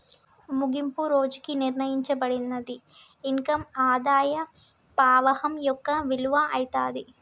ముగింపు రోజుకి నిర్ణయింపబడిన ఇన్కమ్ ఆదాయ పవాహం యొక్క విలువ అయితాది